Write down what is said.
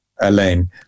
Elaine